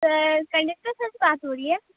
conductor sir سے بات ہو رہی ہے